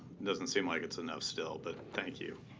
doesn't seem like it's enough still, but thank you.